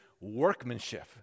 workmanship